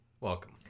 Welcome